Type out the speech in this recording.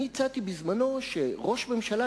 אני הצעתי בזמנו שראש ממשלה,